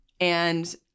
and-